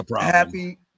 happy